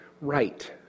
right